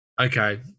okay